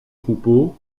troupeaux